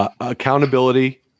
Accountability